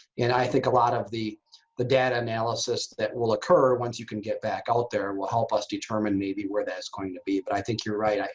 and i think a lot of the the data analysis that will occur once you can get back out there will help us determine maybe where that's going to be. but i think you're right.